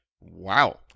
Wow